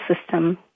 system